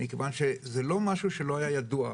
מכיוון שזה לא משהו שלא היה ידוע,